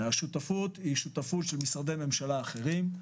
השותפות היא שותפות של משרדי הממשלה האחרים.